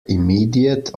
immediate